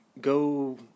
go